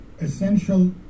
essential